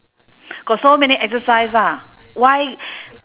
got so many exercise ah why